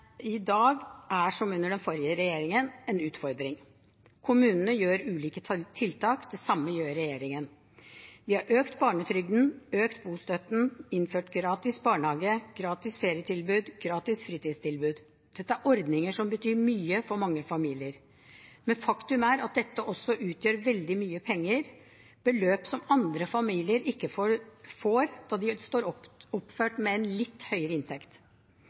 i dag, som under den forrige regjeringen, en utfordring. Kommunene gjør ulike tiltak, det samme gjør regjeringen. Vi har økt barnetrygden, økt bostøtten, innført gratis barnehage, gratis ferietilbud, gratis fritidstilbud, og dette er ordninger som betyr mye for mange familier. Faktum er at dette utgjør veldig mye penger, beløp som andre familier ikke får, da de står oppført med litt høyere inntekt.